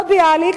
לא ביאליק,